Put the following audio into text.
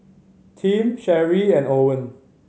Tim Sherree and Owen